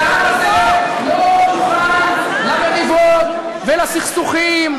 והעם הזה לא מוכן למריבות ולסכסוכים,